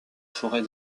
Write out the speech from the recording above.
forêt